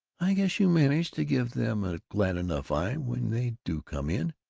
i guess you manage to give them a glad enough eye when they do come in.